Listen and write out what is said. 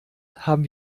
haben